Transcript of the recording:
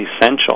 essential